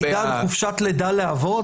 בעידן חופשת לידה לאבות,